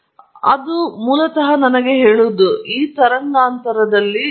ಮತ್ತು ಇದು ಬಹುಶಃ ಸಾಮರಸ್ಯ ಅಥವಾ ಇಲ್ಲವೇ ಎಂಬುದನ್ನು ಸರಿಹೊಂದಿಸಲು ಹಾರ್ಮೋನಿಕ್ಸ್ ಮೂಲಭೂತಗಳ ಪೂರ್ಣಾಂಕದ ಅಪವರ್ತ್ಯಗಳಾಗಿವೆ